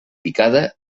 picada